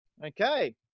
Okay